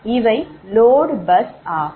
இவை load bus ஆகும்